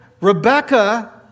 Rebecca